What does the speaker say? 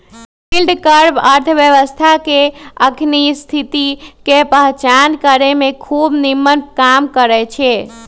yield curve अर्थव्यवस्था के अखनी स्थिति के पहीचान करेमें खूब निम्मन काम करै छै